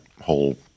whole